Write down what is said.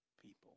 people